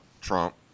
trump